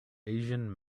asian